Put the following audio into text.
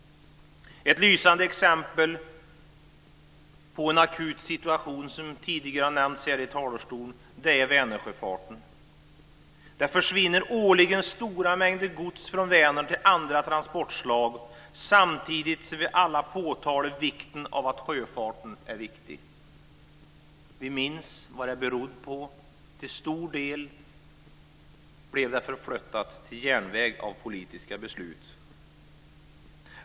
Ett lysande exempel på en akut situation som tidigare har nämnts här i talarstolen är Vänersjöfarten. Det försvinner årligen stora mängder gods från Vänern till andra transportslag samtidigt som alla påtalar vikten av sjöfarten. Vi minns vad det beror på. Till stor del blev detta förflyttat till järnväg på grund av politiska beslut.